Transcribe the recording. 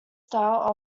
style